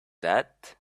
that